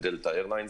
איירליינס.